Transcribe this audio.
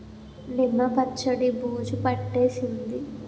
నిమ్మ పచ్చడి బూజు పట్టేసింది